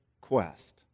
quest